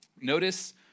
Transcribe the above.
Notice